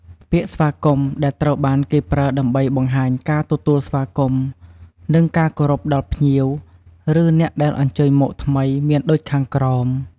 ពាក្យស្វាគមន៍ ដែលត្រូវបានគេប្រើដើម្បីបង្ហាញការទទួលស្វាគមន៍ និងការគោរពដល់ភ្ញៀវ ឬអ្នកដែលអញ្ជើញមកថ្មី មានដូចខាងក្រោម។